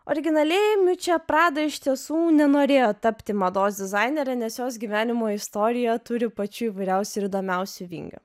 originaliai miučia prada iš tiesų nenorėjo tapti mados dizainerė nes jos gyvenimo istorija turi pačių įvairiausių ir įdomiausių vingių